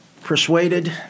persuaded